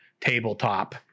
tabletop